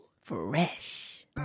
Fresh